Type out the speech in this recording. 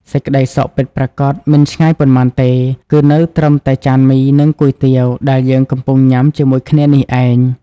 សេចក្តីសុខពិតប្រាកដមិនឆ្ងាយប៉ុន្មានទេ គឺនៅត្រឹមតែចានមី និងគុយទាវដែលយើងកំពុងញ៉ាំជាមួយគ្នានេះឯង។